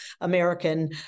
American